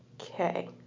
Okay